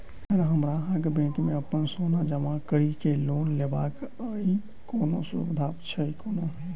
Sir हमरा अहाँक bank मे अप्पन सोना जमा करि केँ लोन लेबाक अई कोनो सुविधा छैय कोनो?